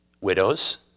Widows